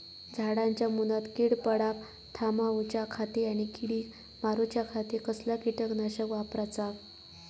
झाडांच्या मूनात कीड पडाप थामाउच्या खाती आणि किडीक मारूच्याखाती कसला किटकनाशक वापराचा?